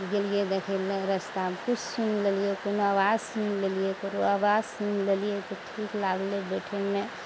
गेलितै देखय लए रस्तामे किछु सुनि लेलियै कोनो आवाज सुनि लेलियइ कोनो आवाज सुनि लेलियइ तऽ ठीक लागलइ बैठयमे